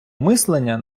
мислення